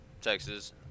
Texas